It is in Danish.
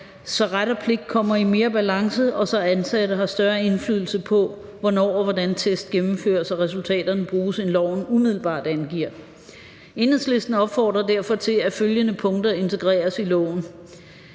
så ret og pligt kommer i bedre balance, og så ansatte har større indflydelse på, hvornår og hvordan test gennemføres og resultaterne bruges, end lovforslaget umiddelbart angiver. Enhedslisten opfordrer derfor til, at følgende punkter integreres i